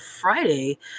Friday